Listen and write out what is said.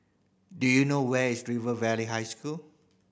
do you know where is River Valley High School